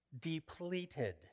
depleted